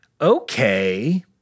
Okay